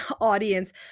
audience